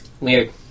Weird